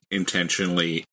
intentionally